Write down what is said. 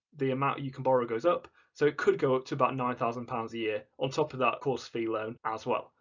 the amount you can borrow goes up, so it could go up to about nine thousand pounds a year on top of that course fee loan as well,